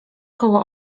koło